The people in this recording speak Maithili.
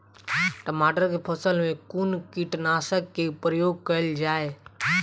टमाटर केँ फसल मे कुन कीटनासक केँ प्रयोग कैल जाय?